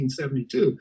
1972